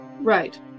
Right